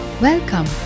Welcome